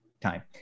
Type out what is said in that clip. time